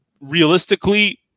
realistically